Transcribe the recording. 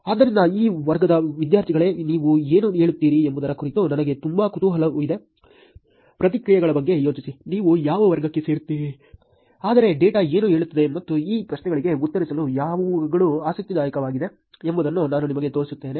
ಆದ್ದರಿಂದ ಈ ವರ್ಗದ ವಿದ್ಯಾರ್ಥಿಗಳೇ ನೀವು ಏನು ಹೇಳುತ್ತೀರಿ ಎಂಬುದರ ಕುರಿತು ನನಗೆ ತುಂಬಾ ಕುತೂಹಲವಿದೆ ಪ್ರತಿಕ್ರಿಯೆಗಳ ಬಗ್ಗೆ ಯೋಚಿಸಿ ನೀವು ಯಾವ ವರ್ಗಕ್ಕೆ ಸೇರುತ್ತೀರಿ ಆದರೆ ಡೇಟಾ ಏನು ಹೇಳುತ್ತದೆ ಮತ್ತು ಈ ಪ್ರಶ್ನೆಗಳಿಗೆ ಉತ್ತರಿಸಲು ಯಾವಾಗಲೂ ಆಸಕ್ತಿದಾಯಕವಾಗಿದೆ ಎಂಬುದನ್ನು ನಾನು ನಿಮಗೆ ತೋರಿಸುತ್ತೇನೆ